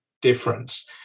difference